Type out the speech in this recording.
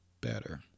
better